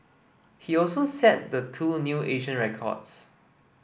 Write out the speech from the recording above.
he also set the two new Asian records